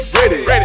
ready